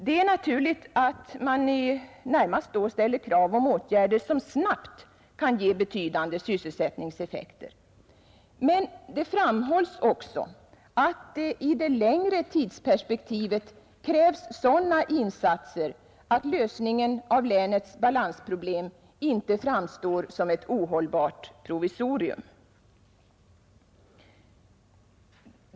Det är naturligt att det närmast ställs krav om åtgärder som snabbt kan ge betydande sysselsättningseffekter, men det framhålls också att det i det längre tidsperspektivet krävs sådana insatser att lösningen av länets balansproblem inte framstår som ett ohållbart provisorium.